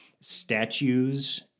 statues